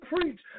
preach